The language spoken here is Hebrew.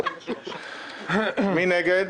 מי נגד?